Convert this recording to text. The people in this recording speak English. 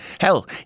Hell